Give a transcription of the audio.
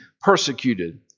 persecuted